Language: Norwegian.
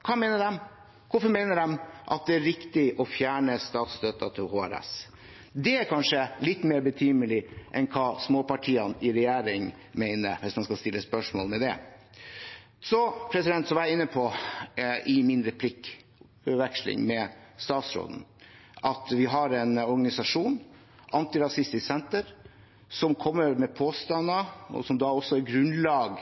Hva mener de? Hvorfor mener de at det er riktig å fjerne statsstøtten til HRS? Det er det kanskje litt mer betimelig å spørre dem om enn hva småpartiene i regjering mener, hvis en skal stille spørsmål ved det. Så var jeg i min replikkveksling med statsråden inne på at vi har en organisasjon, Antirasistisk Senter, som kommer med påstander som også er grunnlag